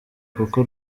kuko